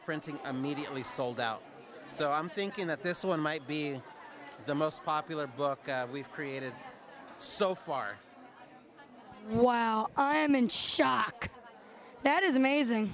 printing immediately sold out so i'm thinking that this one might be the most popular book we've created so far while i am in shock that is amazing